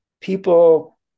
people